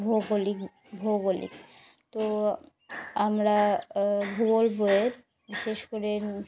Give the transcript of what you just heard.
ভৌগোলিক ভৌগোলিক তো আমরা ভূগোল বয়ে বিশেষ করে